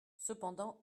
cependant